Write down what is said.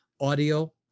audio